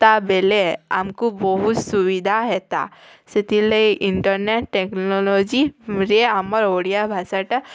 ତା ବେଲେ ଆମ୍କୁ ବହୁତ୍ ସୁବିଧା ହେତା ସେଥିର୍ଲାଗି ଇଣ୍ଟରନେଟ୍ ଟେକ୍ନୋଲୋଜିରେ ଆମର ଓଡ଼ିଆ ଭାଷାଟା